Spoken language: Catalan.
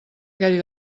aquell